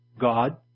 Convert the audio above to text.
God